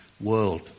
world